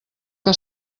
que